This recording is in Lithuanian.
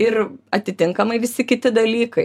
ir atitinkamai visi kiti dalykai